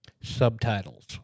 subtitles